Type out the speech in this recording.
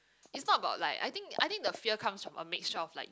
is not about like I think I think the fear comes from a mixture of like